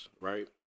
right